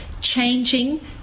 changing